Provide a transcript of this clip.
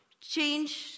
change